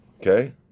Okay